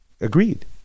agreed